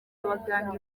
abaganga